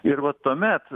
ir va tuomet